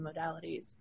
modalities